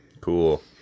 cool